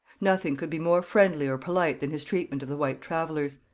nothing could be more friendly or polite than his treatment of the white travellers.